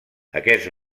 aquest